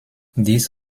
this